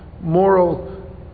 moral